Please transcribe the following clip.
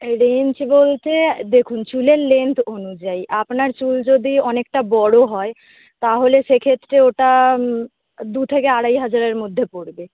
এই রেঞ্জ বলতে দেখুন চুলের লেন্থ অনুযায়ী আপনার চুল যদি অনেকটা বড়ো হয় তাহলে সেক্ষেত্রে ওটা দু থেকে আড়াই হাজারের মধ্যে পড়বে